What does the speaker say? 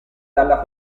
dalla